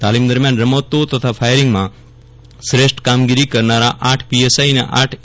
તાલીમ દરમિયાન રમતો તથા ફાયરિંગમાં શ્રેષ્ઠ કામગીરી કરનારા આઠ પીએસઆઈ અને આઠ એ